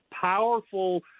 powerful